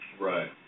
Right